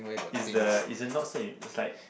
is the is the not so imp~ is like